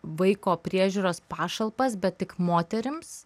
vaiko priežiūros pašalpas bet tik moterims